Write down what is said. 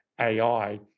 AI